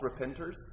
repenters